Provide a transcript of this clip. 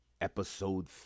Episode